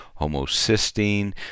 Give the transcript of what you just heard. homocysteine